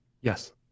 Yes